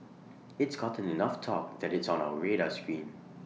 it's gotten enough talk that it's on our radar screen